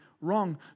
wrong